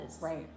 Right